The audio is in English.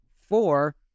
four